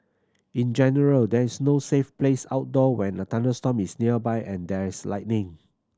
in general there is no safe place outdoor when a thunderstorm is nearby and there is lightning